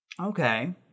Okay